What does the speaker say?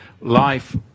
life